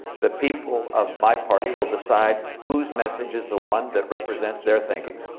the people of my party will decide whose message is the one that represents their thinking.